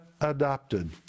adopted